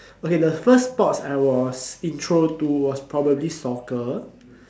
okay the first sports I was intro to was probably soccer